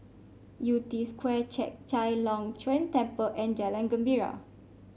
Yew Tee Square Chek Chai Long Chuen Temple and Jalan Gembira